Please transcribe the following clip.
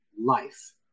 life